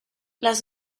las